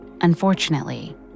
Unfortunately